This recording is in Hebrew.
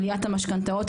עליית המשכנתאות,